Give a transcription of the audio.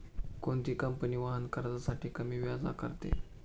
कोणती कंपनी वाहन कर्जासाठी कमी व्याज आकारते?